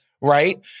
Right